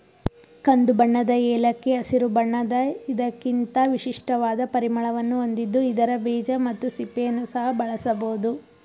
ಕಂದುಬಣ್ಣದ ಏಲಕ್ಕಿ ಹಸಿರು ಬಣ್ಣದ ಇದಕ್ಕಿಂತ ವಿಶಿಷ್ಟವಾದ ಪರಿಮಳವನ್ನು ಹೊಂದಿದ್ದು ಇದರ ಬೀಜ ಮತ್ತು ಸಿಪ್ಪೆಯನ್ನು ಸಹ ಬಳಸಬೋದು